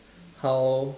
how